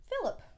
Philip